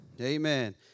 Amen